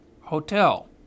Hotel